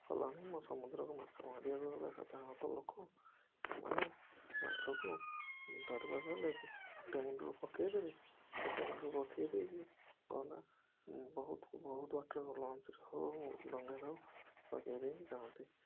କଲାଣି ମୁଁ ସମୁଦ୍ରକୁ ମାଛ ମାରିବାକୁ ଗଲେ ସାଧାରଣତଢଃ ଲୋକ ସେମାନେ ମାଛକୁ ଧରିବାକୁ ହେଲେ ଗୋଟେ ମୁଣ୍ଡରେ ପକେଇ ଦେବେ ଗୋଟେ ମୁଣ୍ଡରେ ପକେଇ ଦେଇକି କ'ଣ ନା ବହୁତ୍ ବହୁତ୍ ୱାଟର୍ ଲଞ୍ଚ୍ରେ ହଉ ଡଙ୍ଗାରେ ହଉ ପକେଇ ଦେଇକି ଯାଆନ୍ତି